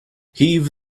heave